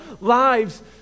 lives